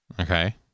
Okay